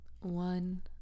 one